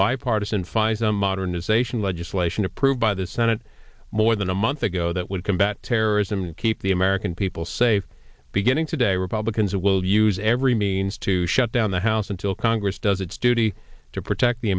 bipartisan fison modernization legislation approved by the senate more than a month ago that would combat terrorism keep the american people safe beginning today republicans will use every means to shut down the house until congress does its duty to protect the